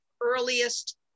earliest